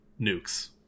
nukes